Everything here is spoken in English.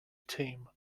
team